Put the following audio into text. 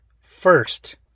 first